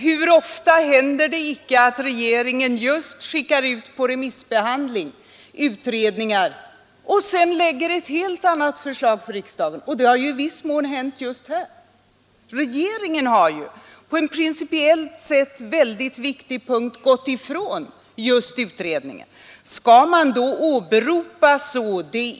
Hur ofta händer det icke att regeringen skickar ut olika utredningsbetänkanden på remiss och sedan lägger fram ett helt annat förslag för riksdagen! Det har ju i viss mån hänt just här — regeringen har på en principiellt sett väldigt viktig punkt gått ifrån utredningsförslaget.